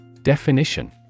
Definition